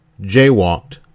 jaywalked